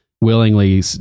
willingly